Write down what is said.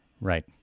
Right